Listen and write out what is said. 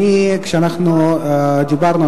כשדיברנו,